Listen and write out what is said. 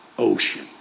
ocean